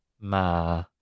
ma